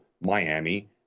miami